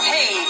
Hey